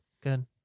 Good